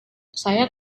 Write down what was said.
saya